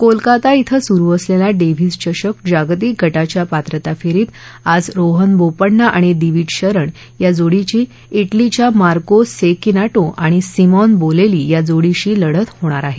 कोलकाता श्री सुरू असलेल्या डेव्हिस चषक जागतिक गटाच्या पात्रता फेरीत आज रोहन बोपण्णा आणि दिविज शरण या जोडीची वेलीच्या मार्को सेकिनाटो आणि सिमॉन बोलेली या जोडीशी लढत होणार आहे